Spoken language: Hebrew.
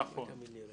נכון.